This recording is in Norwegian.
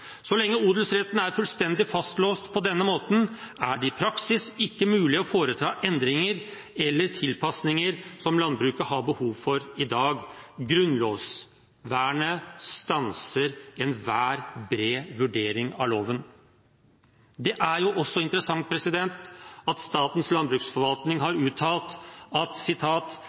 Så lenge odelsretten er fullstendig fastlåst på denne måten, er det i praksis ikke mulig å foreta endringer eller tilpasninger som landbruket har behov for i dag. Grunnlovsvernet stanser enhver bred vurdering av loven. Det er også interessant at Statens landbruksforvaltning har uttalt at